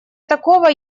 такового